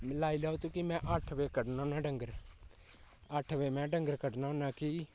लाई लैओ तुकी में अट्ठ बेऽ कड्ढना होना डंगर अट्ठ बेऽ में डंगर कड्ढना होना की